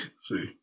see